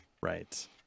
right